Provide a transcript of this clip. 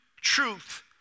truth